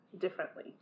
differently